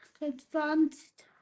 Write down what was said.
advanced